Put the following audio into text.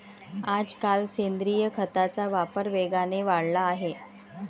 आजकाल सेंद्रिय खताचा वापर वेगाने वाढला आहे